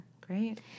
Great